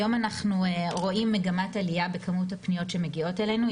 היום אנחנו רואים מגמת עלייה בכמות הפניות שמגיעות אלינו.